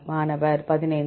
மாணவர் 15